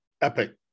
Epic